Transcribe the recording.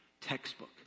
textbook